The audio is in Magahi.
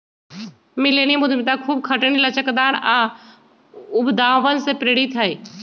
मिलेनियम उद्यमिता खूब खटनी, लचकदार आऽ उद्भावन से प्रेरित हइ